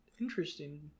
interesting